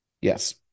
Yes